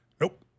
Nope